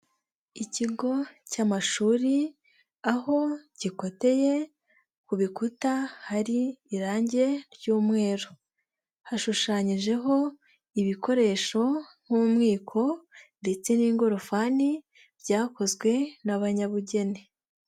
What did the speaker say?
Ikigo cy'amashuri aho gikoteye, ku bikuta hari irangi ry'umweru, hashushanyijeho ibikoresho nk'umwiko ndetse n'ingorofani byakozwe n'abanyabugeni.